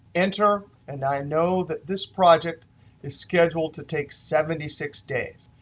enter, and i know that this project is scheduled to take seventy six days.